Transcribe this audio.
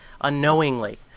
unknowingly